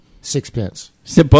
Sixpence